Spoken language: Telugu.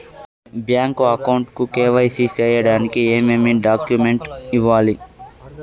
బ్యాంకు అకౌంట్ కు కె.వై.సి సేయడానికి ఏమేమి డాక్యుమెంట్ ఇవ్వాలి?